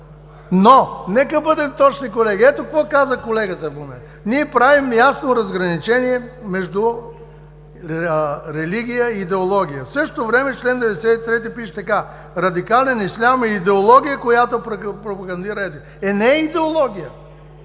Но нека бъдем точни, колеги. Ето какво каза колегата – ние правим ясно разграничение между религия и идеология. В същото време в чл. 93 пише така: „Радикален ислям е идеология, която пропагандира…“ (Шум и реплики.)